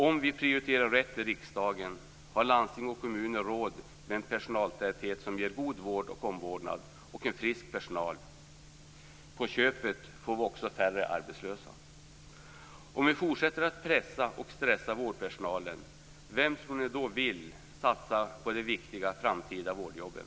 Om vi prioriterar rätt i riksdagen, har landsting och kommuner råd med en personaltäthet som ger god omvårdnad och en frisk personal. På köpet får vi också färre arbetslösa. Om vi fortsätter att pressa och stressa vårdpersonalen - vem tror ni då vill satsa på de viktiga vårdjobben i framtiden?